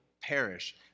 perish